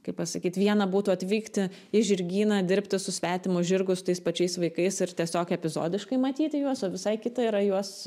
kaip pasakyt vieną būtų atvykti į žirgyną dirbti su svetimu žirgu su tais pačiais vaikais ir tiesiog epizodiškai matyti juos o visai kita yra juos